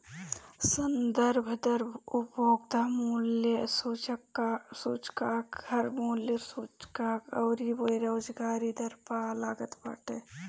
संदर्भ दर उपभोक्ता मूल्य सूचकांक, घर मूल्य सूचकांक अउरी बेरोजगारी दर पअ लागत बाटे